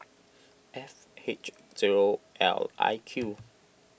F H zero L I Q